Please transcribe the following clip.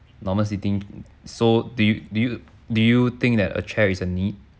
normal sitting so do you do you do you think that a chair is a need